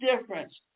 difference